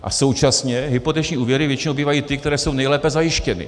A současně hypoteční úvěry většinou bývají ty, které jsou nejlépe zajištěny.